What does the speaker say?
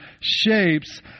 shapes